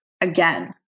again